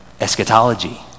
eschatology